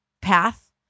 path